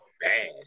bad